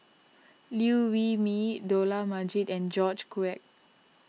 Liew Wee Mee Dollah Majid and George Quek